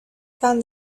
found